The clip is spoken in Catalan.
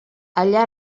allà